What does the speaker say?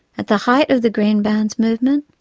at the height of the green bans movement,